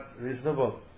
reasonable